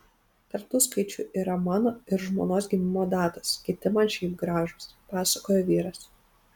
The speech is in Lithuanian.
tarp tų skaičių yra mano ir žmonos gimimo datos kiti man šiaip gražūs pasakojo vyras